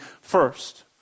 first